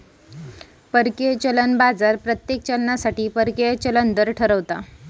परकीय चलन बाजार प्रत्येक चलनासाठी परकीय चलन दर ठरवता